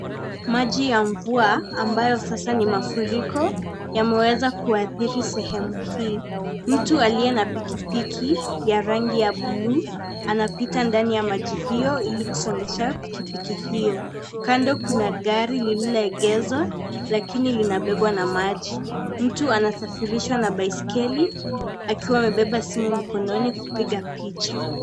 Maji ya mvua ambayo sasa ni mafuriko yameweza kuadhiri sehemu hii, mtu aliye na pikipiki ya rangi ya buluu anapita ndani ya maji hiyo ilikusongesha pikipiki hiyo, kando kuna gari lililoegezwa lakini linabebwa na maji, mtu anasafirishwa na baiskeli akiwa amebeba simu mkononi kupiga picha.